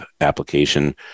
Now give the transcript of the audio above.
application